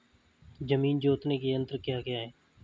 जमीन जोतने के यंत्र क्या क्या हैं?